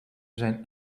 zijn